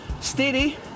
steady